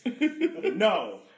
No